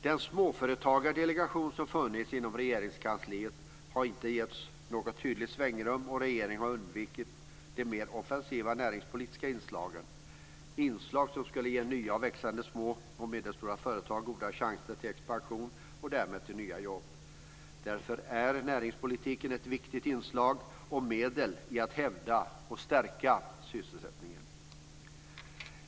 Den småföretagardelegation som har funnits inom Regeringskansliet har inte getts något tydligt svängrum, och regeringen har undvikit de mer offensiva näringspolitiska inslagen. Det är inslag som skulle ge nya växande små och medelstora företag goda chanser till expansion och därmed till nya jobb. Därför är näringspolitiken ett viktigt inslag och ett medel när det gäller att hävda och stärka sysselsättningen.